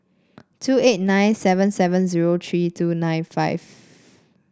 two eight nine seven seven zero tree two nine five